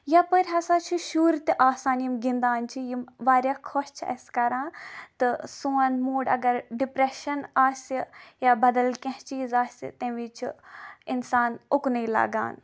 یَپٲر ہسا چھِ شرۍ تہِ آسان یِم گِندان چھِ یِم واریاہ خۄش چھِ اَسہِ کران تہٕ سون موٗڈ اَگر ڈِپریشن آسہِ یا بدل کیٚنہہ چیٖز آسہِ تَمہِ وِزِ چھُ اِنسان اُکنُے لگان